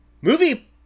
movie